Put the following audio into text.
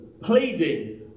Pleading